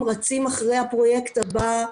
רצים אחרי הפרויקט הזה.